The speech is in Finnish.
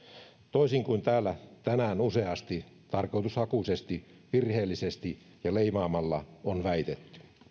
toisin kuin täällä tänään useasti tarkoitushakuisesti virheellisesti ja leimaamalla on väitetty